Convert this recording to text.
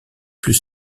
plus